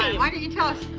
ah why don't you tell us?